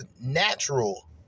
natural